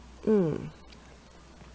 mm